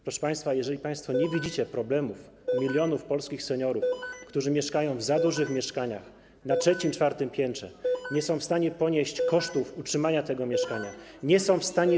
Proszę państwa, jeżeli państwo nie widzicie problemów milionów polskich seniorów, którzy mieszkają w za dużych mieszkaniach na trzecim, czwartym piętrze, nie są w stanie ponieść kosztów utrzymania tego mieszkania, nie są w stanie.